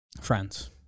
Friends